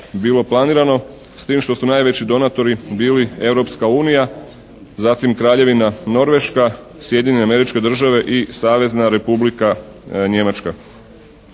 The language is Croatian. bilo planirano. S tim što su najveći donatori bili Europska unija, zatim Kraljevina Norveška, Sjedinjene Američke Države i Savezna Republika Njemačka.